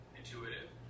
intuitive